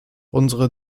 unsere